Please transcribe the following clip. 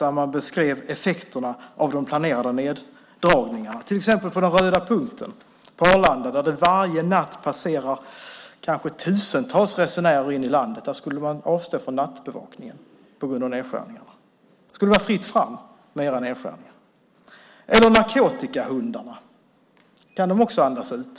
Där beskrev man effekterna av de planerade neddragningarna. Vid den röda punkten på Arlanda, där det varje natt passerar kanske tusentals resenärer in i landet, skulle man avstå från nattbevakningen på grund av nedskärningarna. Det skulle vara fritt fram med era nedskärningar. Hur är det när det gäller narkotikahundarna? Kan de också andas ut?